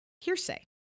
hearsay